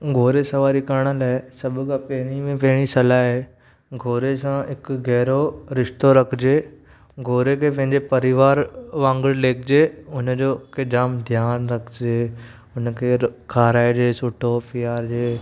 घोड़े सवारी करण लाइ सभु खांं पहिरीं में पहिरीं सलाह आहे घोड़े सां हिकु गहरो रिश्तो रखिजे घोड़े खे पंहिंजे परिवार वांगुरु लेखिजे उन जो हिकु जामु ध्यानु रखिजे उनखे खाराइजे सुठो पीआरिजे